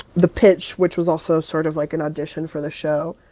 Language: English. the pitch, which was also sort of like an audition for the show,